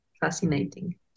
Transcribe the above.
fascinating